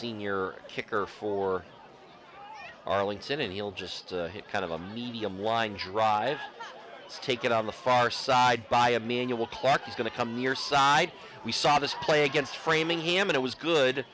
senior kicker for arlington and he'll just hit kind of a medium line drive take it on the far side by emmanuel clark is going to come your side we saw this play against framingham and it was good